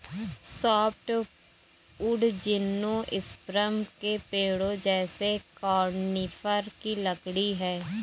softwood gymnosperm के पेड़ों जैसे कॉनिफ़र की लकड़ी है